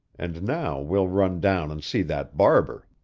and now we'll run down and see that barber.